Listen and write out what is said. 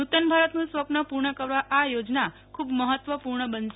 નુંતને ભારતનું સ્વપ્ન પૂર્ણ કરવા આ યોજના ખૂબ મહત્વપૂર્ણ બનશે